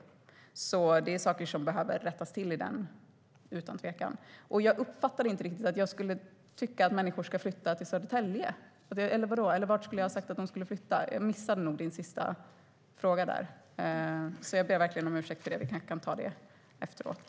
Det är alltså utan tvekan saker som behöver rättas till i den. Jag uppfattade inte riktigt. Skulle jag tycka att människor ska flytta till Södertälje? Eller vart skulle jag ha sagt att de skulle flytta? Jag missade nog din sista fråga. Jag ber verkligen om ursäkt för det. Vi kanske kan ta det efteråt.